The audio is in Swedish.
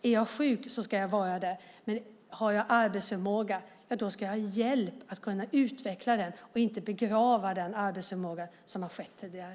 Är jag sjuk ska jag ha det, men har jag arbetsförmåga ska jag ha hjälp att kunna utveckla den och inte begrava den arbetsförmågan, som har skett tidigare.